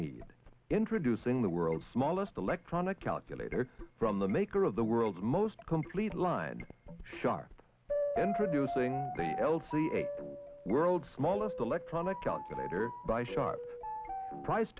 need introducing the world's smallest electronic calculator from the maker of the world's most complete line sharp introducing the l c a world's smallest electronic calculator by sharp price